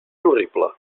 horrible